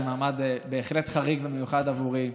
זה מעמד בהחלט חריג ומיוחד עבורי.